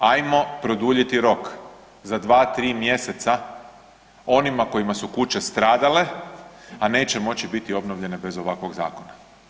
Hajmo produljiti rok za 2, 3 mjeseca onima kojima su kuće stradale a neće moći biti obnovljene bez ovakvog zakona.